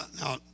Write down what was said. Now